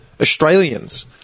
australians